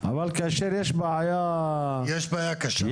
אבל כאשר ישנה בעיה --- יש בעיה קשה.